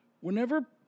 whenever